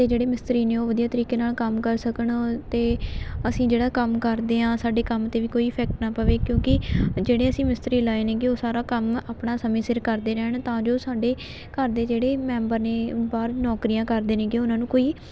ਅਤੇ ਜਿਹੜੇ ਮਿਸਤਰੀ ਨੇ ਉਹ ਵਧੀਆ ਤਰੀਕੇ ਨਾਲ ਕੰਮ ਕਰ ਸਕਣ ਅਤੇ ਅਸੀਂ ਜਿਹੜਾ ਕੰਮ ਕਰਦੇ ਹਾਂ ਸਾਡੇ ਕੰਮ 'ਤੇ ਵੀ ਕੋਈ ਇਫੈਕਟ ਨਾ ਪਵੇ ਕਿਉਂਕਿ ਜਿਹੜੇ ਅਸੀਂ ਮਿਸਤਰੀ ਲਾਏ ਨੇਗੇ ਉਹ ਸਾਰਾ ਕੰਮ ਆਪਣਾ ਸਮੇਂ ਸਿਰ ਕਰਦੇ ਰਹਿਣ ਤਾਂ ਜੋ ਸਾਡੇ ਘਰ ਦੇ ਜਿਹੜੇ ਮੈਂਬਰ ਨੇ ਬਾਹਰ ਨੌਕਰੀਆਂ ਕਰਦੇ ਨੇਗੇ ਉਹਨਾਂ ਨੂੰ ਕੋਈ